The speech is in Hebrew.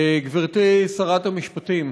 גברתי שרת המשפטים,